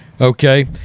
okay